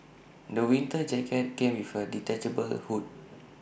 the winter jacket came with A detachable hood